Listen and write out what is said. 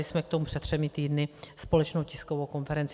Dělali jsme k tomu před třemi týdny společnou tiskovou konferenci.